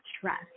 trust